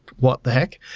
what the heck?